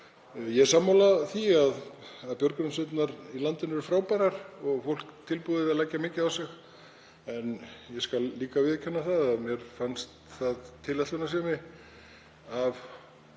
er sammála því að björgunarsveitirnar í landinu eru frábærar og fólk tilbúið að leggja mikið á sig. En ég skal líka viðurkenna að mér fannst það tilætlunarsemi